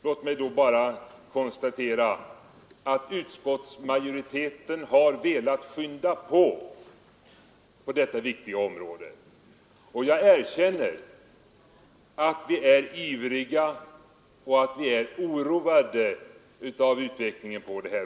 Låt mig bara konstatera att utskottsmajoriteten har velat skynda på när det gäller detta viktiga område. Jag erkänner att vi är ivriga och att vi är oroade av utvecklingen.